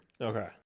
Okay